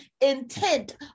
intent